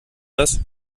das